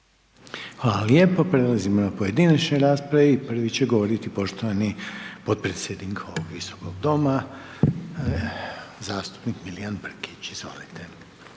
Hvala lijepo. Prelazimo na pojedinačne rasprave i prvi će govoriti poštovani potpredsjednik ovog visokog doma, zastupnik, Milijan Brkić, izvolite.